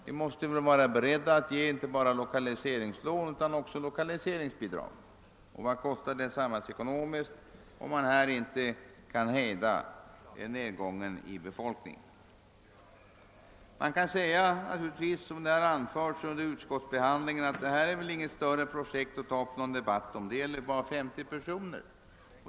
Vi måste väl vara beredda att ge inte bara lokaliseringslån utan också lokaliseringsbidrag. Och vad kostar det, samhällsekonomiskt sett, om man inte här kan hejda befolkningsnedgången? Man kan naturligtvis invända — som det gjordes under utskottsbehandlingen — satt detta väl inte är något större projekt att ta upp en debatt om; det gäller ju bara 50 personer.